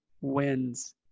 wins